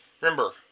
Remember